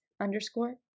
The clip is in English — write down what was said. underscore